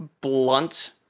blunt